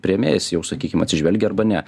priėmėjas jau sakykim atsižvelgia arba ne